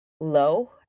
low